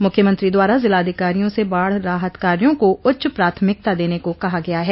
मुख्यमंत्री द्वारा जिला अधिकारियों से बाढ़ राहत कार्यों को उच्च प्राथमिकता देने को कहा गया है